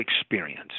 experience